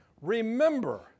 remember